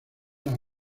las